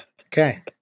Okay